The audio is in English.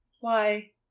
Why